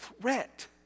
threat